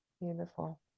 beautiful